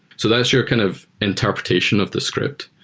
so that's your kind of interpretation of the script.